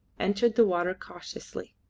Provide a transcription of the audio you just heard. entered the water cautiously.